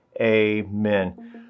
amen